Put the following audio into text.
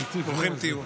ברוכים תהיו.